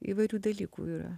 įvairių dalykų yra